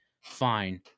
fine